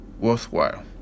worthwhile